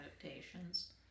adaptations